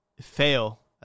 fail